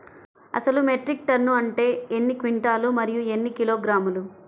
అసలు metric ton అంటే ఎన్ని క్వింటాలు మరియు ఎన్ని కిలోగ్రాములు?